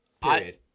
Period